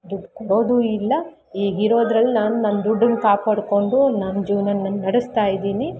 ದುಡ್ಡು ಕೊಡೋದು ಇಲ್ಲ ಈಗ ಇರೋದ್ರಲ್ಲಿ ನಾನು ನನ್ನ ದುಡ್ಡನ್ನು ಕಾಪಾಡಿಕೊಂಡು ನನ್ನ ಜೀವ್ನನ ನಾನು ನಡೆಸ್ತಾಯಿದ್ದೀನಿ